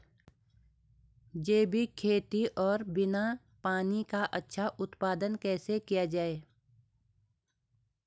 जैविक खेती और बिना पानी का अच्छा उत्पादन कैसे किया जाए?